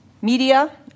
media